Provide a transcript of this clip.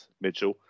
Mitchell